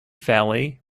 valley